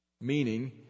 meaning